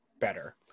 better